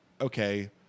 okay